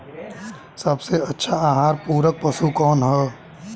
सबसे अच्छा आहार पूरक पशु कौन ह?